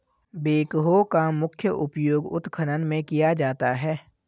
backhoe का मुख्य उपयोग उत्खनन में किया जाता है